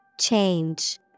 Change